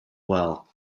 well